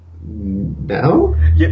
No